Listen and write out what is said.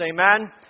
Amen